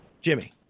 Jimmy